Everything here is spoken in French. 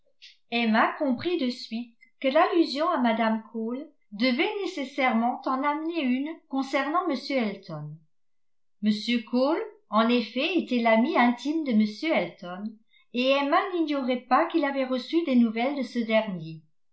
emma comprit de suite que l'allusion à mme cole devait nécessairement en amener une concernant m elton m cole en effet était l'ami intime de m elton et emma n'ignorait pas qu'il avait reçu des nouvelles de ce dernier